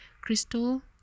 crystal